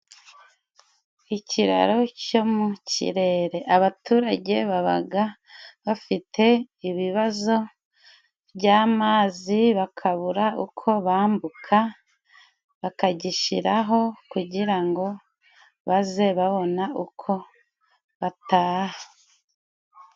Ikiraro cyo mu kirere. Abaturage babaga bafite ibibazo by'amazi bakabura uko bambuka, bakagishiraho kugira ngo baje babona uko bataha.